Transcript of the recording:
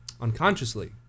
unconsciously